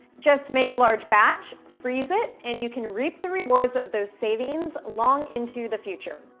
just make a large batch, freeze it, and you can reap the rewards of those savings long into the future.